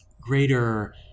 greater